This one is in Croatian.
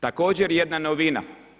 Također jedna novina.